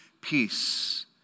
peace